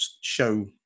show